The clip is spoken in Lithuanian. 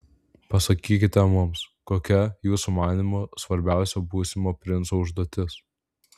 pasakykite mums kokia jūsų manymu svarbiausia būsimo princo užduotis